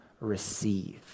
receive